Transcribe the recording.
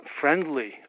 friendly